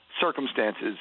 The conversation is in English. circumstances